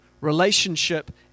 relationship